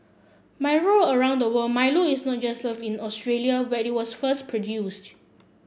Milo around the world Milo is not just loved in Australia where it was first produced